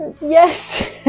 Yes